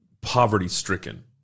poverty-stricken